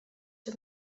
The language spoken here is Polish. się